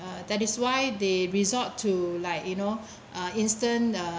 uh that is why they resort to like you know a instant uh